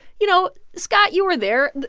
you know, scott, you were there.